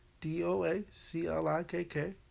D-O-A-C-L-I-K-K